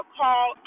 call